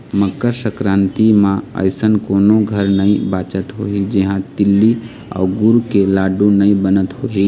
मकर संकरांति म अइसन कोनो घर नइ बाचत होही जिहां तिली अउ गुर के लाडू नइ बनत होही